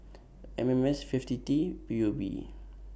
M M S fifty T P U B